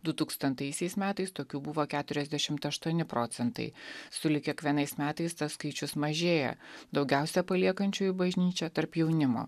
dutūkstantaisiais metais tokių buvo keturiasdešimt aštuoni procentai sulig kiekvienais metais tas skaičius mažėja daugiausia paliekančiųjų bažnyčią tarp jaunimo